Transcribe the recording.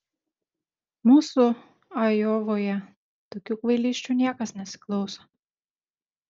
mūsų ajovoje tokių kvailysčių niekas nesiklauso